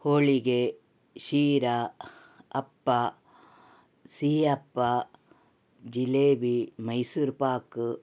ಹೋಳಿಗೆ ಶೀರಾ ಅಪ್ಪ ಸಿಹಿಅಪ್ಪ ಜಿಲೇಬಿ ಮೈಸೂರ್ ಪಾಕು